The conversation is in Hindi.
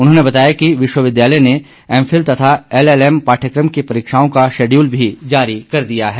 उन्होंने बताया विश्वविद्यालय ने एमफिल तथा एलएलएम पाठयक्रम की परीक्षाओं का शेड़यूल भी जारी कर दिया है